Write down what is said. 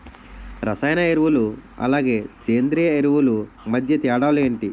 రసాయన ఎరువులు అలానే సేంద్రీయ ఎరువులు మధ్య తేడాలు ఏంటి?